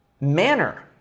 manner